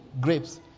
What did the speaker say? grapes